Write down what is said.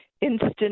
instant